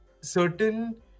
certain